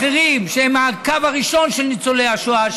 אחרים שהם מהקו הראשון של ניצולי השואה,